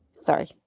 sorry